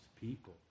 people